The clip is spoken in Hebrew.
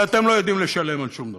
אבל אתם לא יודעים לשלם על שום דבר.